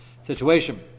situation